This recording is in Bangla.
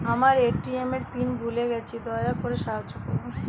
আমার এ.টি.এম এর পিন ভুলে গেছি, দয়া করে সাহায্য করুন